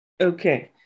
Okay